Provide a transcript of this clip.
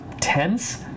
tense